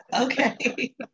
okay